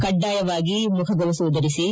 ಕಡ್ಡಾಯವಾಗಿ ಮುಖಗವಸು ಧರಿಸಿ